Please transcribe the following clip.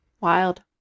Wild